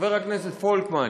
חבר הכנסת פולקמן,